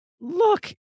Look